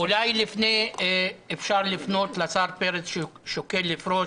אולי לפני אפשר לפנות לשר פרץ ששוקל לפרוש,